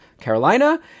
Carolina